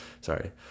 sorry